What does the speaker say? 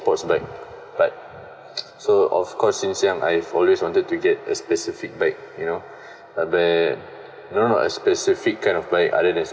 like sports bike but so of course since young I've always wanted to get a specific bike you know but there no no a specific kind of bike other than